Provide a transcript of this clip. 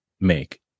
make